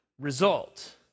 result